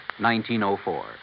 1904